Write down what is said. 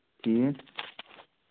ٹھیٖک